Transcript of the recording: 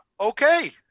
okay